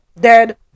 dead